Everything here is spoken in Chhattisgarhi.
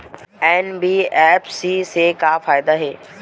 एन.बी.एफ.सी से का फ़ायदा हे?